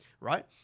right